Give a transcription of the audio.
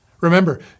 Remember